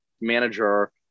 manager